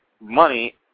money